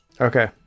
okay